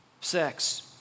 sex